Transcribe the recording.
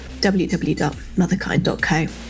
www.motherkind.co